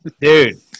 Dude